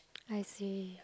I see